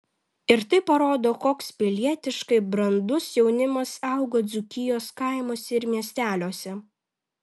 ir tai parodo koks pilietiškai brandus jaunimas augo dzūkijos kaimuose ir miesteliuose